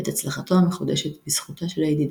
ואת הצלחתו המחודשת בזכותה של הידידות.